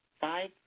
five